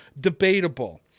debatable